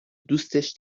دوستش